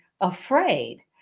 afraid